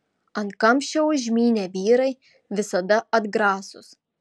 ant kamščio užmynę vyrai visada atgrasūs